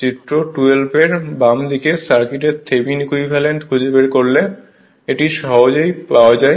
চিত্র 12 এর বাম দিকে সার্কিটের থেভনিন ইকুইভ্যালেন্ট খুঁজে বের করলে এটি সহজেই পাওয়া যায়